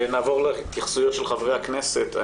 נעבור להתייחסויות של חברי הכנסת.